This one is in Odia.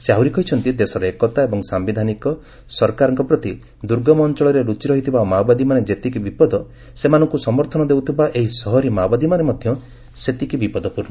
ସେ ଆହୁରି କହିଛନ୍ତି ଦେଶର ଏକତା ଏବଂ ସାୟିଧାନିକ ସରକାରଙ୍କ୍ ପ୍ରତି ଦୁର୍ଗମ ଅଞ୍ଚଳରେ ଲୁଚି ରହିଥିବା ମାଓବାଦୀମାନେ ଯେତିକି ବିପଦ ସେମାନଙ୍କୁ ସମର୍ଥନ ଦେଉଥିବା ଏହି ସହରୀ ମାଓବାଦୀମାନେ ସେତିକି ବିପଦ୍ୱପୂର୍ଣ୍ଣ